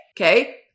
Okay